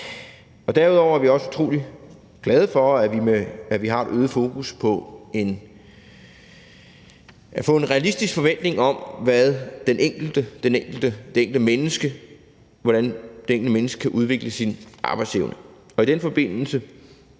dag. Derudover er vi også utrolig glade for, at vi har et øget fokus på at få en realistisk forventning af, hvordan det enkelte menneske kan udvikle sin arbejdsevne,